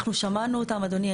אנחנו שמענו אותם, אדוני.